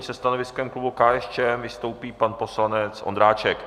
Se stanoviskem klubu KSČM vystoupí pan poslanec Ondráček.